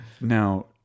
Now